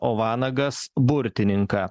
o vanagas burtininką